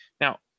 now